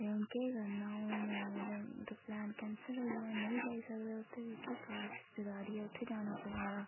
ते हून केह् करना हून पलैन कैंसल होई गेआ हून नेंई जाई सकदे उत्त फ्ही केह् रिश्तेदारी ऐ उत्थै जाना पवा दा